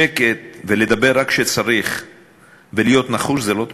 שקט, ולדבר רק כשצריך ולהיות נחוש זו לא תמימות.